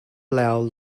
allow